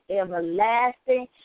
everlasting